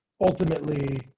ultimately